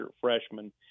freshman